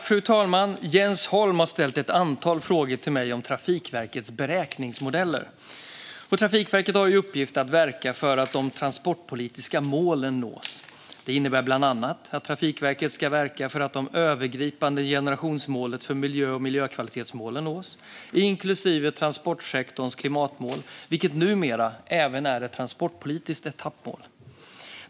Fru talman! Jens Holm har ställt ett antal frågor till mig om Trafikverkets beräkningsmodeller. Trafikverket har i uppgift att verka för att de transportpolitiska målen nås. Det innebär bland annat att Trafikverket ska verka för att det övergripande generationsmålet för miljö och miljökvalitetsmålen nås, inklusive transportsektorns klimatmål, vilket numera även är ett transportpolitiskt etappmål.